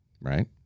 Right